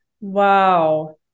Wow